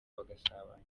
bagasabana